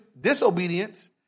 disobedience